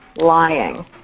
lying